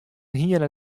hiene